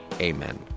Amen